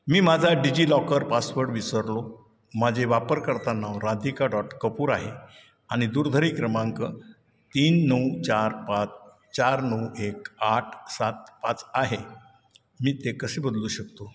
मी माझा DigiLocker password विसरलो माझे वापरकर्ता नाव राधिका डॉट कपूर आहे आणि दूरध्वनी क्रमांक तीन नऊ चार पाच चार नऊ एक आठ सात पाच आहे मी ते कसे बदलू शकतो